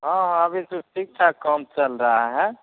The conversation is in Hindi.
हाँ हाँ अभी तो ठीक ठाक काम चल रहा है